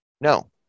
No